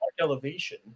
Elevation